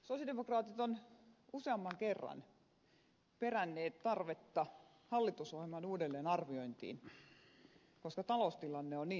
sosialidemokraatit ovat useamman kerran peränneet tarvetta hallitusohjelman uudelleenarviointiin koska taloustilanne on niin toisenlainen